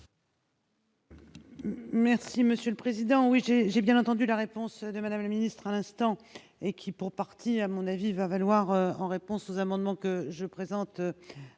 Merci Monsieur le Président, oui j'ai j'ai bien entendu la réponse de Madame la ministre, à l'instant et qui, pour partie, à mon avis va valoir en réponse aux amendements que je présente